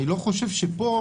אני לא חושב שפה